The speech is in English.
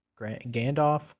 Gandalf